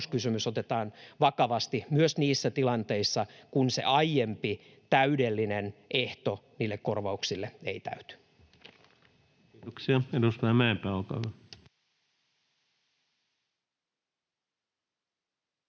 otetaan vakavasti myös niissä tilanteissa, joissa aiempi täydellinen ehto niille korvauksille ei täyty. Kiitoksia. — Edustaja Mäenpää, olkaa hyvä.